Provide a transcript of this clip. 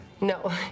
No